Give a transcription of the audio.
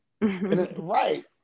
right